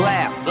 Laugh